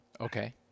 Okay